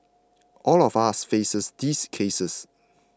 all of us faces these cases